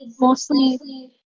mostly